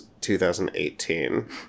2018